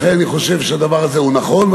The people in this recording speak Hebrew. לכן אני חושב שהדבר הזה נכון.